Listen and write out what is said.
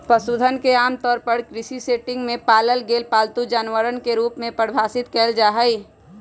पशुधन के आमतौर पर कृषि सेटिंग में पालल गेल पालतू जानवरवन के रूप में परिभाषित कइल जाहई